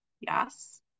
Yes